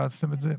הפצתם אותו?